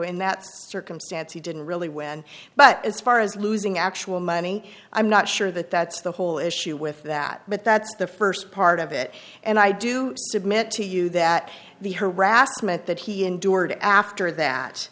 in that circumstance he didn't really win but as far as losing actual money i'm not sure that that's the whole issue with that but that's the first part of it and i do submit to you that the harassment that he endured after that